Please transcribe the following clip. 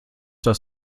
das